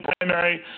primary